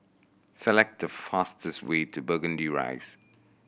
select the fastest way to Burgundy Rise